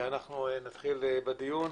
נתחיל בדיון.